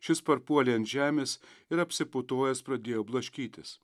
šis parpuolė ant žemės ir apsiputojęs pradėjo blaškytis